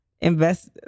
invest